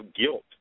guilt